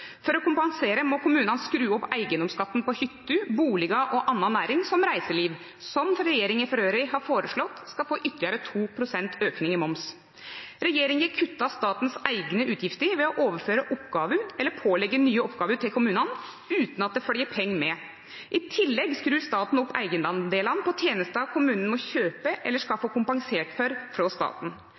For å kompensere må kommunene skru opp eiendomsskatten på hytter, boliger og annen næring, som reiseliv, som regjeringen for øvrig har foreslått skal få ytterligere 2 pst. økning i moms. Regjeringen kutter statens egne utgifter ved å overføre oppgaver eller pålegge nye oppgaver til kommunene, uten at det følger penger med. I tillegg skrur staten opp egenandelene på tjenester kommunene må kjøpe eller skal få kompensert for fra staten.